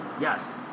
Yes